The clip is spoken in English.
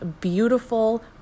beautiful